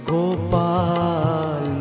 Gopal